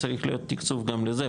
צריך להיות תקצוב גם לזה,